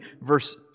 verse